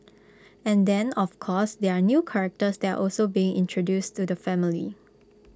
and then of course there are new characters that are also being introduced to the family